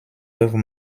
œuvres